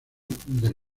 del